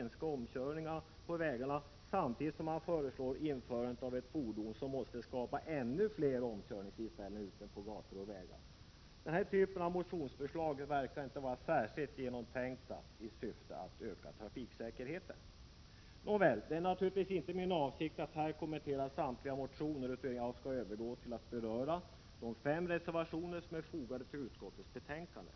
1987/88:21 minska omkörningarna på vägarna samtidigt som de föreslår införande av ett — 11 november 1987 fordon som måste skapa ännu fler omkörningstillfällen ute på gator Och = Jm arg eog vägar. Den typen av motionsförslag för att öka trafiksäkerheten verkar inte vara särskilt genomtänkt. Nåväl, det är naturligtvis inte min avsikt att kommentera samtliga motioner, utan jag skall övergå till att beröra de fem reservationer som är fogade till utskottets betänkande.